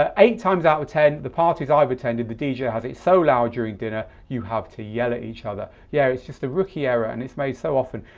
ah eight times out of ten, the parties i've attended the dj has it so loud during dinner you have to yell at each other. yeah, it's just a rookie error and it's made so often.